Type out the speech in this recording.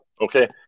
Okay